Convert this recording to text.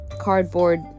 cardboard